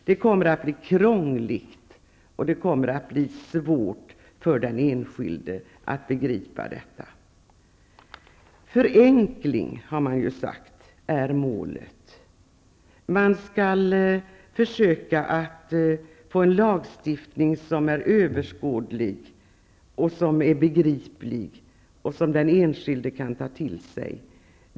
Det kommer att bli krångligt, och det kommer att bli svårt för den enskilde att begripa detta. Förenkling är målet, har man ju sagt. Man skall försöka få en lagstiftning som är överskådlig och begriplig och som den enskilde kan ta till sig.